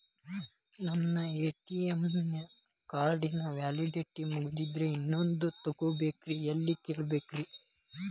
ನನ್ನ ATM card ನ validity ಮುಗದದ್ರಿ ಇನ್ನೊಂದು ತೊಗೊಬೇಕ್ರಿ ಎಲ್ಲಿ ಕೇಳಬೇಕ್ರಿ?